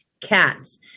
cats